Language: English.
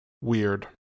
weird